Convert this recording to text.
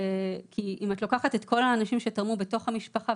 כי אם את לוקחת את כל האנשים שתרמו בתוך המשפחה,